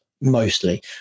mostly